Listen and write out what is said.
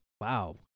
Wow